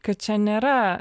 kad čia nėra